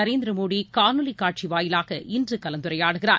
நரேந்திர மோடி காணொலிக் காட்சி வாயிலாக இன்று கலந்துரையாடுகிறார்